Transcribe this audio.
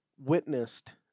witnessed